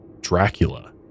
dracula